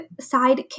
sidekick